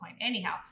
Anyhow